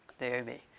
Naomi